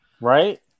right